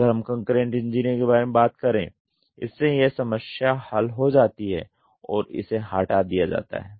अगर हम concurrent engineering के बारे में बात करें इससे यह समस्या हल हो जाती है और इसे हटा दिया जाता है